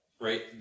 Right